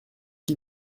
qui